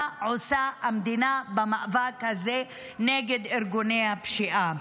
שעושה המדינה במאבק הזה נגד ארגוני הפשיעה.